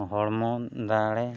ᱦᱚᱲᱢᱚ ᱫᱟᱲᱮ